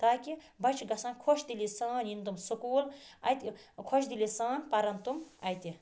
تاکہِ بَچہِ گَژھَن خۄش دِلی سان یِن تِم سکول اَتہِ خۄش دِلی سان پَرن تم اَتہِ